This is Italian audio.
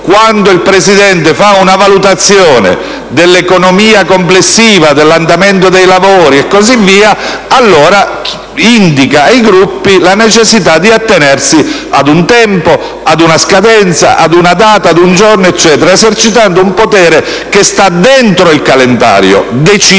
quando il Presidente compie una valutazione dell'economia complessiva dell'andamento dei lavori, e così via, allora indica ai Gruppi la necessità di attenersi ad una scadenza, ad una data, ad un giorno, esercitando un potere che sta dentro e non oltre il calendario deciso